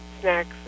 snacks